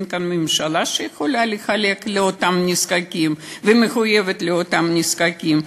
ואין כאן ממשלה שיכולה לחלק לאותה נזקקים ומחויבת לאותם נזקקים.